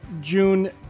June